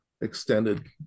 extended